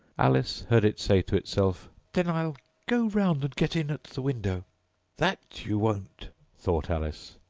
alice heard it say to itself then i'll go round and get in at the window that you won't thought alice,